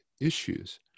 issues